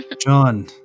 John